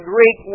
Greek